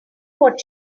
what